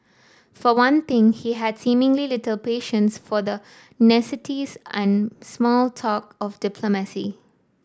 for one thing he had seemingly little patience for the niceties and small talk of diplomacy